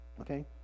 Okay